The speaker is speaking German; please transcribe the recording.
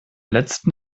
letzten